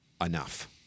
enough